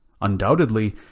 Undoubtedly